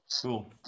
Cool